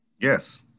Yes